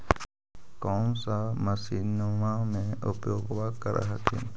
कौन सा मसिन्मा मे उपयोग्बा कर हखिन?